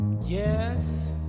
Yes